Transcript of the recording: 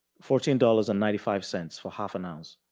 fourteen dollars and ninety five cents for half an ounce.